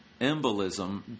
embolism